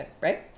right